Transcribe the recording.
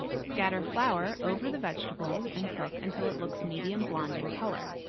scatter flour over the vegetables and cook until it looks medium blonde in color.